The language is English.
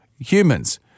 Humans